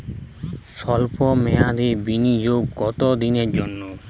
সল্প মেয়াদি বিনিয়োগ কত দিনের জন্য?